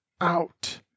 out